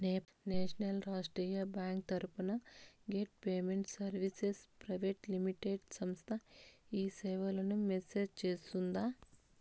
Nepal Rashtriya bank తరపున gate payment services private limited సంస్థ ఈ సేవలను మేనేజ్ సేస్తుందా?